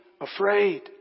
afraid